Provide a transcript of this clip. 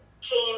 came